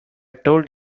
told